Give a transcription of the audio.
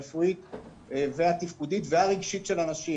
הרפואית והתפקודית והרגשית של האנשים.